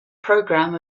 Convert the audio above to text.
program